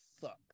suck